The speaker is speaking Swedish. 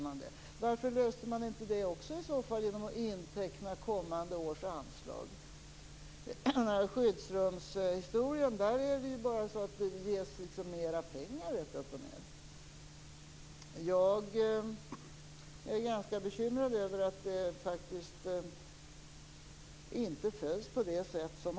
Man varför löste man inte också det problemet genom att inteckna kommande års anslag? I skyddsrumshistorien ges det mer pengar rätt upp och ned. Jag är ganska bekymrad över att lagen inte följs på det här sättet.